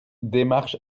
démarches